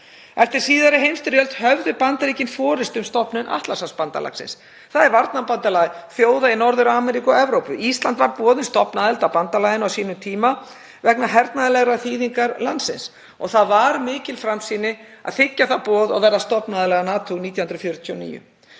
Eftir síðari heimsstyrjöld höfðu Bandaríkin forystu um stofnun Atlantshafsbandalagsins. Það er varnarbandalag þjóða í Norður-Ameríku og Evrópu. Íslandi var boðin stofnaðild að bandalaginu á sínum tíma vegna hernaðarlegrar þýðingar landsins. Það var mikil framsýni að þiggja það boð og verða stofnaðili að NATO 1949.